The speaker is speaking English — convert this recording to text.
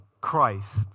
Christ